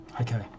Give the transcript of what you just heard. Okay